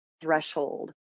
threshold